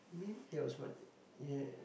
maybe there was one yeah